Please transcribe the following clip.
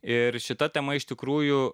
ir šita tema iš tikrųjų